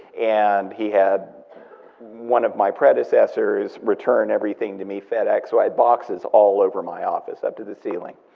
and he had one of my predecessors return everything to me fedex, so i had boxes all over my office up to the ceiling.